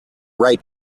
right